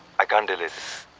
i can't delay this.